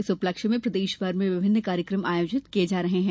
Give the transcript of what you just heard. इस उपलक्ष्य में प्रदेशभर में विभिन्न कार्यक्रम आयोजित किये जा रहे हैं